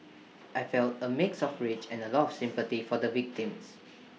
I felt A mix of rage and A lot of sympathy for the victims